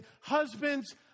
husbands